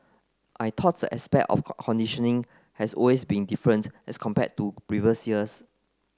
I thought the aspect of conditioning has always been different as compared to previous years